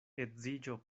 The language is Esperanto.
edziĝo